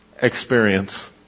experience